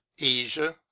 asia